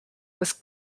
was